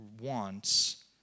wants